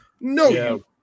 No